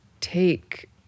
take